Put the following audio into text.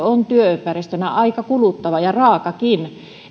on työympäristönä aika kuluttava ja raakakin